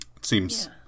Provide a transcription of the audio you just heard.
seems